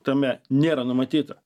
tame nėra numatyta